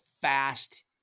fast